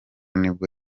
nibwo